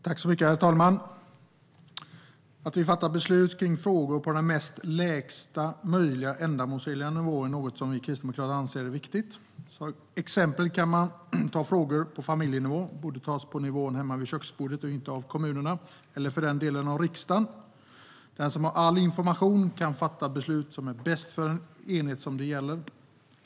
Herr talman! Att vi fattar beslut om frågor på lägsta möjliga ändamålsenliga nivå är något vi kristdemokrater anser är viktigt. Som exempel kan man ta frågor på familjenivå, som borde beslutas hemma vid köksbordet och inte i kommunerna eller för den delen i riksdagen. Den som har all information kan fatta det beslut som är bäst för den enhet det gäller.